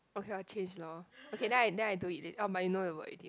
okay I'll change lor okay then I then I don't eat it or you know I will eat it